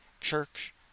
church